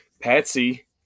patsy